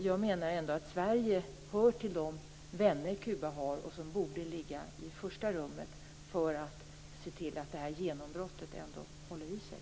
Jag menar ändå att Sverige hör till de vänner som Kuba har och som borde ligga i första rummet för att se till att det här genombrottet ändå håller i sig.